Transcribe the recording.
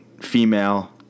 female